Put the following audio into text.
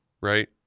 right